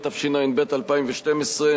התשע"ב 2012,